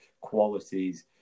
qualities